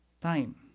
time